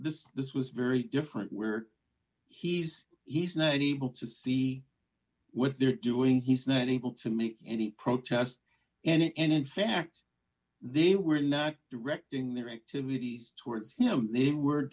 this this was very different where he's he's not able to see what they're doing he's not able to make any protest and in fact they were not directing their activities towards him they